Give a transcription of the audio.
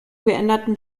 geänderten